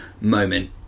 moment